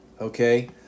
okay